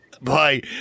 bye